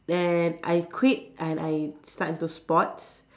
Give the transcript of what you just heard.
then I quit and I start into sports